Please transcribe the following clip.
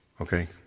okay